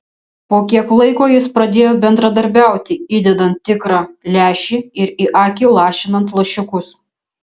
po kiek laiko jis pradėjo bendradarbiauti įdedant tikrą lęšį ir į akį lašinant lašiukus